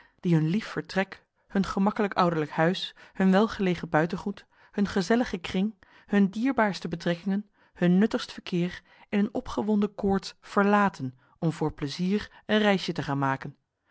die hun lief vertrek hun gemakkelijk ouderlijk huis hun welgelegen buitengoed hun gezelligen kring hun dierbaarste betrekkingen hun nuttigst verkeer in een opgewonden koorts verlaten om voor pleizier een reisje te gaan maken